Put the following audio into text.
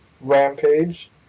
Rampage